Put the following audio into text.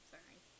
Sorry